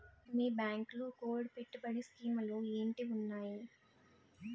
మీ బ్యాంకులో గోల్డ్ పెట్టుబడి స్కీం లు ఏంటి వున్నాయి?